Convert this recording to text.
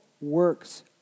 works